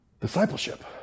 discipleship